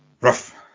rough